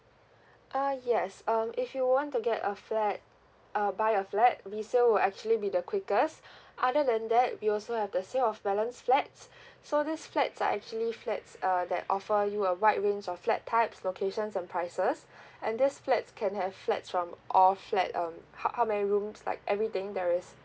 uh yes uh if you want to get a flat uh buy a flat resale will actually be the quickest other than that we also have the sale of balance flats so these flats are actually flats uh that offer you a wide range of flat types locations and prices and these flats can have flats from or flat um how how many rooms like everything there is